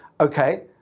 okay